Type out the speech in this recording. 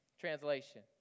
Translation